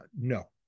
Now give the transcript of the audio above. no